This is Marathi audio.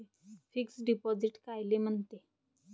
फिक्स डिपॉझिट कायले म्हनते?